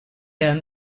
them